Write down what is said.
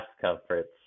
comforts